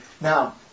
Now